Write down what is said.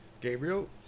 Gabriel